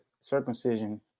circumcision